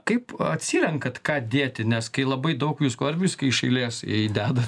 kaip atsirenkat ką dėti nes kai labai daug visko ar viską iš eilės į dedat